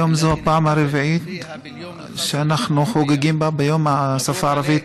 היום זאת הפעם הרביעית שאנחנו חוגגים את יום השפה הערבית.